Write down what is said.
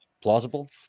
plausible